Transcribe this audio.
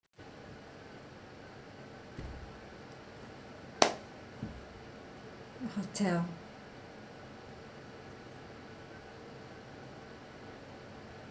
hotel